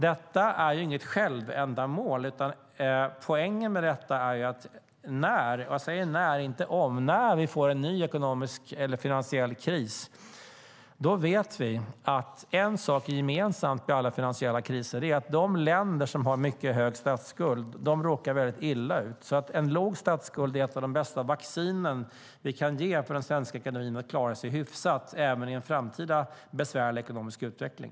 Detta är inget självändamål, utan poängen är att när, och jag säger när och inte om, vi får en ny finansiell kris vet vi att vi står stadigt. En sak är gemensam för alla finansiella kriser, och det är att de länder som har en mycket hög statsskuld råkar väldigt illa ut. En låg statsskuld är alltså ett av de bästa vaccin som vi kan ge för att den svenska ekonomin ska klara sig hyfsat även vid en framtida besvärlig ekonomisk utveckling.